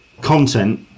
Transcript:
content